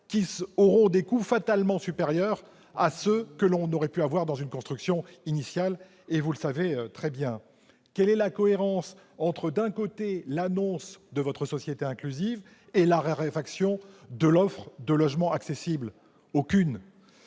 qui aura des coûts fatalement supérieurs à ceux que l'on aurait eu à supporter au moment de la construction initiale. Vous le savez très bien. Quelle est la cohérence entre l'annonce de votre société inclusive et la raréfaction de l'offre de logements accessibles ? Aucune